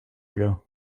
ago